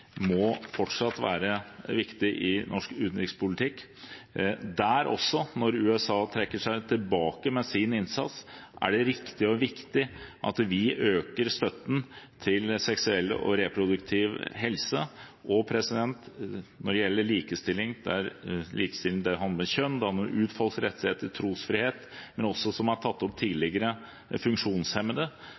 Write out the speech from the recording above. må være viktig i norsk utenrikspolitikk. Når USA også der trekker seg tilbake med sin innsats, er det riktig og viktig at vi øker støtten til seksuell og reproduktiv helse. Likestilling handler om kjønn, det handler om urfolks rettigheter og trosfrihet, men også, som det ble tatt opp tidligere, funksjonshemmede.